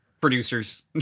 producers